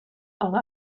alle